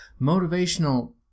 motivational